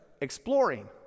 exploring